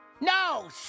No